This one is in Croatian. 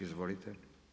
Izvolite.